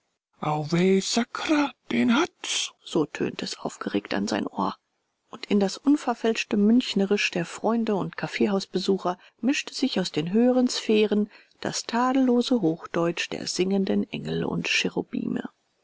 sakra den hat's so tönte es aufgeregt an sein ohr und in das unverfälschte münchnerisch der freunde und kaffeehausbesucher mischte sich aus den höheren sphären das tadellose hochdeutsch der singenden engel und